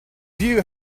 view